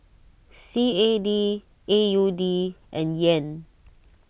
C A D A U D and Yen